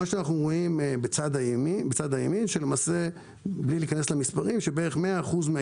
אנחנו רואים בצד ימין שלמעשה 100% מן